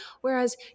Whereas